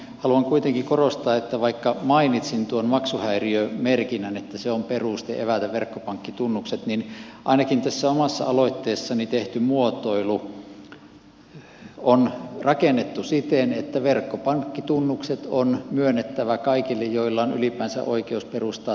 haluan kuitenkin korostaa että vaikka mainitsin että tuo maksuhäiriömerkintä on peruste evätä verkkopankkitunnukset niin ainakin tässä omassa aloitteessani tehty muotoilu on rakennettu siten että verkkopankkitunnukset on myönnettävä kaikille joilla on ylipäänsä oikeus perustaa tili